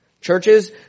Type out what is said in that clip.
Churches